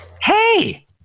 Hey